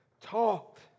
talked